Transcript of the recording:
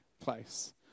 place